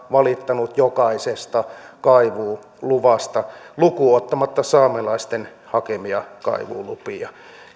valittanut jokaisesta kaivuuluvasta lukuun ottamatta saamelaisten hakemia kaivuulupia